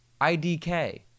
IDK